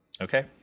okay